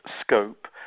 scope